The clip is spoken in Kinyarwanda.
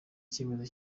icyemezo